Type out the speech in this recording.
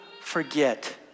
forget